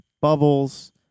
bubbles